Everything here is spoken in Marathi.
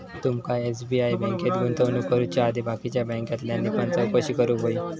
तुमका एस.बी.आय बँकेत गुंतवणूक करुच्या आधी बाकीच्या बॅन्कांतल्यानी पण चौकशी करूक व्हयी